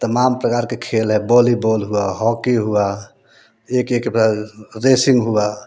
तमाम प्रकार के खेल है बॉलीबॉल हुआ हाॅकी हुआ एक एक रेसिंग हुआ